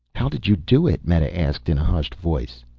how did you do it? meta asked in a hushed voice.